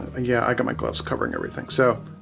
and yeah i got my gloves covering everything, so,